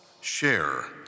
share